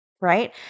right